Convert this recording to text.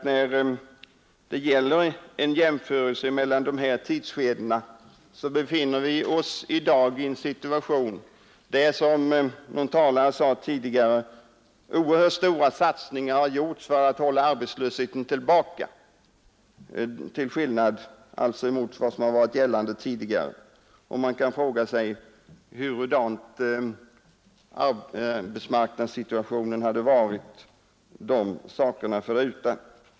När vi gör en jämförelse mellan de här tidsskedena skall vi komma ihåg att vi i dag befinner oss i en situation där, som någon talare sade tidigare, oerhört stora satsningar har gjorts för att hålla arbetslösheten tillbaka till skillnad från vad som skedde tidigare. Man kan fråga sig hur arbetsmarknadssituationen skulle ha varit de sakerna förutan.